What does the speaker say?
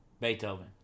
beethoven